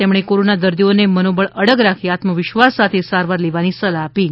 તેમણે કોરોના દર્દીઓને મનોબળ અડગ રાખી આત્મવિસવાસ સાથે સારવાર લેવા ની સલાહ આપી છે